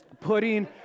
putting